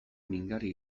mingarri